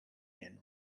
and